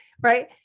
Right